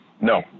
no